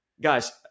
guys